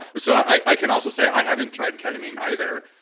so i i can also say i haven't tried ketamine either,